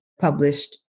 published